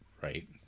right